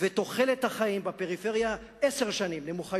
ותוחלת החיים בפריפריה בעשר שנים יותר נמוכה